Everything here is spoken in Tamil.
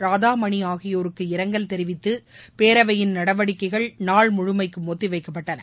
ராதாமணி ஆகியோருக்கு இரங்கல் தெரிவித்து பேரவையின் நடவடிக்கைகள் நாள் முழுமைக்கும் ஒத்தி வைக்கப்பட்டள